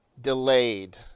delayed